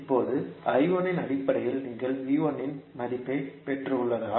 இப்போது இன் அடிப்படையில் நீங்கள் இன் மதிப்பைப் பெற்றுள்ளதால்